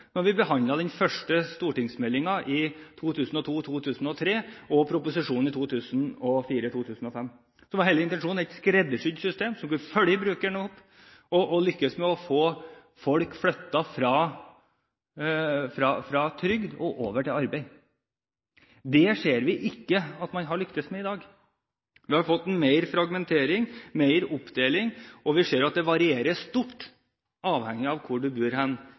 vi behandlet den første stortingsmeldingen i 2002–2003, og proposisjonen i 2004–2005. Hele intensjonen var et skreddersydd system som kunne følge opp brukeren og lykkes med å flytte folk fra trygd og over til arbeid. Det ser vi ikke at man har lyktes med i dag. Vi har fått mer fragmentering, mer oppdeling, og vi ser at det varierer stort, avhengig av hvor du